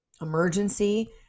emergency